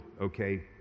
okay